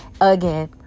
again